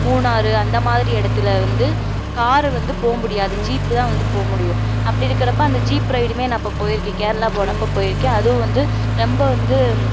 மூணாறு அந்தமாதிரி இடத்துல வந்து காரு வந்து போக முடியாது ஜீப்பு தான் வந்து போக முடியும் அப்படி இருக்கிறப்ப அந்த ஜீப் ரைடுமே நான் அப்போ போயிருக்கேன் கேரளா போனப்போ போயிருக்கேன் அதுவும் வந்து ரொம்ப வந்து